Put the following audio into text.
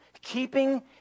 keeping